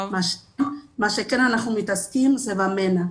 מה שכן אנחנו מתעסקים זה במנע,